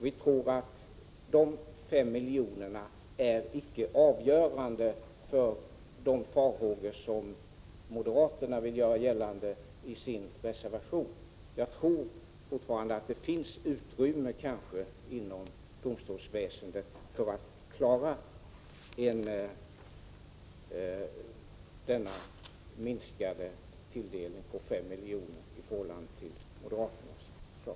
Vi tror icke att de 5 miljonerna är avgörande för kvaliteten i domstolarnas verksamhet, som moderaterna i sin reservation framför farhågor om. Jag tror att det inom domstolsväsendet finns utrymme för att klara en med 5 miljoner minskad tilldelning i förhållande till moderaternas förslag.